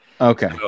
okay